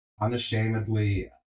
unashamedly